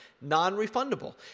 non-refundable